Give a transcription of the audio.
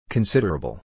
Considerable